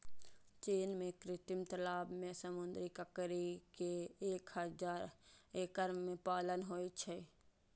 चीन मे कृत्रिम तालाब मे समुद्री ककड़ी के एक हजार एकड़ मे पालन होइ छै